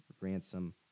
ransom